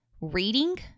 reading